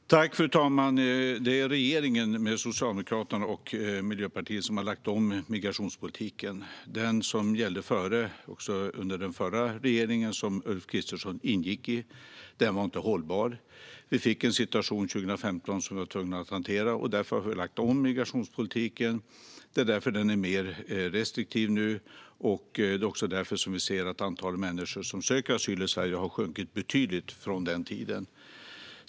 Fru talman! Det är regeringen med Socialdemokraterna och Miljöpartiet som har lagt om migrationspolitiken. Den som gällde före, och också under den förra regeringen som Ulf Kristersson ingick i, var inte hållbar. Vi fick en situation 2015 som vi var tvungna att hantera. Därför har vi lagt om migrationspolitiken. Det är därför den är mer restriktiv nu. Det är också därför vi ser att antalet människor som söker asyl i Sverige har sjunkit betydligt från den tiden.